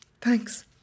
thanks